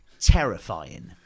terrifying